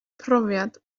profiad